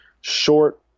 short